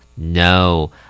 No